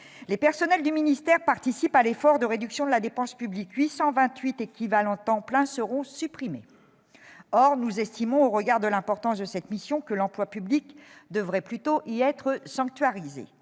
Les personnels du ministère participent à l'effort de réduction de la dépense publique : 828 équivalents temps plein seront supprimés. Or nous estimons, au regard de l'importance de cette mission, que l'emploi public devrait plutôt y être sanctuarisé.